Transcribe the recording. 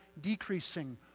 decreasing